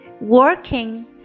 Working